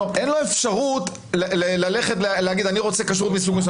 אין לו אפשרות ללכת ולהגיד שהוא רוצה כשרות מסוג מסוים.